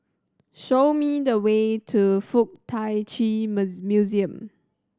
show me the way to Fuk Tak Chi Museum